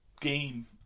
game